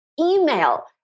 email